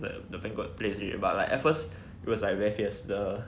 but the banquet place already but like at first it was like very fierce the